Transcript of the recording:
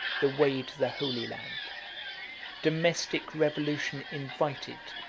the way to the holy land domestic revolution invited,